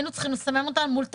היינו צריכים לסמן אותם מול תקנה.